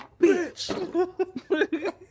bitch